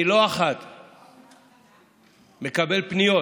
לא אחת אני מקבל פניות